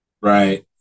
Right